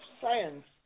science